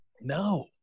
No